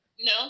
no